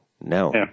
no